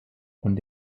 und